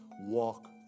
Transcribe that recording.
walk